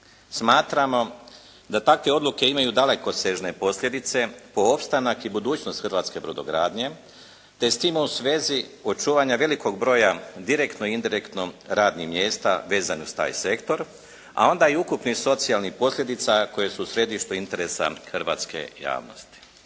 Smatramo da takve odluke imaju dalekosežne posljedice po opstanak i budućnost hrvatske brodogradnje te s tim u svezi očuvanja velikog broja direktno i indirektno radnih mjesta vezano uz taj sektor a onda i ukupnih socijalnih posljedica koje su u središtu interesa hrvatske javnosti.